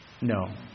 no